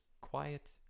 quiet